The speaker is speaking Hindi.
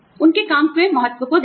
उनके काम का महत्व को देखें